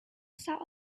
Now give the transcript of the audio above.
sat